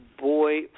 boy